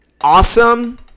awesome